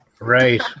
Right